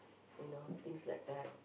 you know things like that